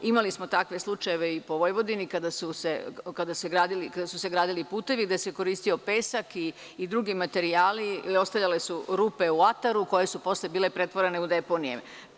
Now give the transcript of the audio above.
Imali smo takve slučajeve i po Vojvodini kada su se gradili putevi, kada se koristio pesak i drugi materijali i ostajale su rupe u ataru koje su posle bile pretvorene u deponije.